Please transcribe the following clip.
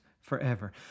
forever